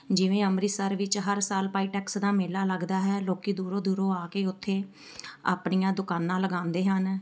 ਜਿਵੇਂ ਅੰਮ੍ਰਿਤਸਰ ਵਿੱਚ ਹਰ ਸਾਲ ਪਾਈਟੈਕਸ ਦਾ ਮੇਲਾ ਲੱਗਦਾ ਹੈ ਲੋਕ ਦੂਰੋਂ ਦੂਰੋਂ ਆ ਕੇ ਉੱਥੇ ਆਪਣੀਆਂ ਦੁਕਾਨਾਂ ਲਗਾਉਂਦੇ ਹਨ